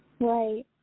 Right